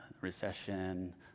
Recession